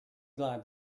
glad